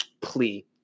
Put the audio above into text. plea